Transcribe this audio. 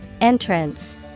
entrance